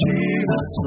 Jesus